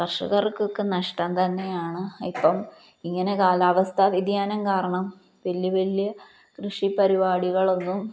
കർഷകർക്കൊക്കെ നഷ്ടം തന്നെയാണ് ഇപ്പോള് ഇങ്ങനെ കാലാവസ്ഥാ വ്യതിയാനം കാരണം വല്യ വല്യ കൃഷിപ്പരിപാടികളൊന്നും